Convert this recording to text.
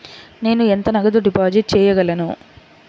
నేను ఎంత నగదు డిపాజిట్ చేయగలను?